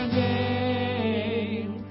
name